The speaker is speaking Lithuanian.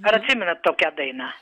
ar atsimenat tokią dainą